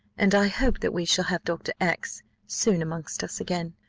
and i hope that we shall have dr. x soon amongst us again.